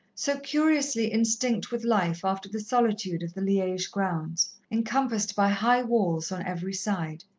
so curiously instinct with life after the solitude of the liege grounds, encompassed by high walls on every side.